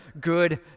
good